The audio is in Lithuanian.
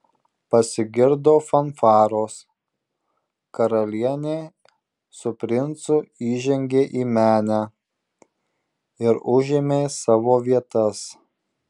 pasigirdo fanfaros karalienė su princu įžengė į menę ir užėmė savo vietas